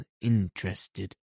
interested